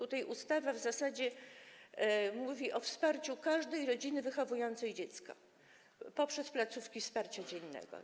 Ustawa mówi w zasadzie o wsparciu każdej rodziny wychowującej dziecko przez placówki wsparcia dziennego.